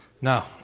Now